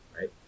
Right